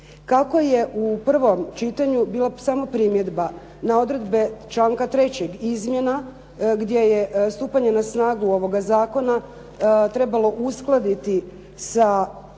Kako je u prvom čitanju bilo samo primjedba na odredbe članka 3. izmjena gdje je stupanje na snagu ovoga zakona trebalo uskladiti sa